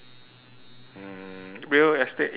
mm real estate agent let's